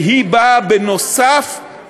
והיא באה נוסף על